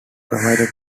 provided